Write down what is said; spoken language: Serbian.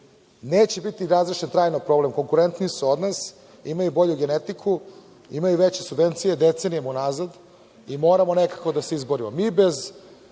Neće biti razrešen trajni problem, konkurentniji su od nas, imaju bolju genetiku, imaju veće subvencije decenijama unazad i moramo nekako da se izborimo. Bez